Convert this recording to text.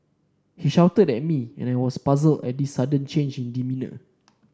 he shouted at me and I was puzzled at this sudden change in demeanour